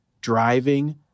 driving